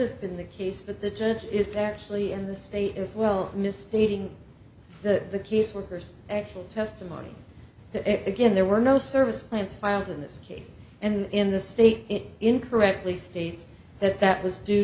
have been the case that the judge is actually in the state as well misstating the case workers actual testimony it again there were no service plans filed in this case and in the state it incorrectly states that that was due